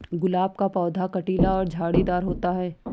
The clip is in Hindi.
गुलाब का पौधा कटीला और झाड़ीदार होता है